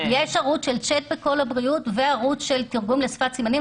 יש ב"קול הבריאות" ערוץ של צ'אט וערוץ של תרגום לשפת סימנים.